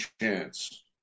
chance